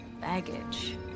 baggage